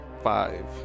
five